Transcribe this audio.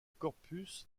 corpus